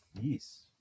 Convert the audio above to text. Yes